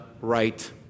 right